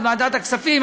בוועדת הכספים,